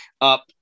up